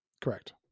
Correct